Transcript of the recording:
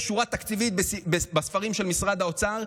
יש שורה תקציבית בספרים של משרד האוצר,